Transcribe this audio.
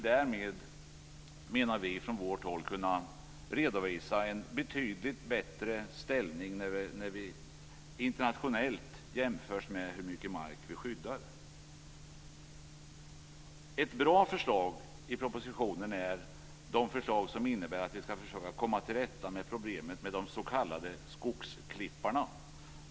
Därmed går det att redovisa en betydligt bättre ställning vid internationella jämförelser av hur mycket mark som är skyddad. Ett bra förslag i propositionen gäller hur vi skall komma till rätta med de s.k. skogsklipparna.